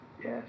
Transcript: yes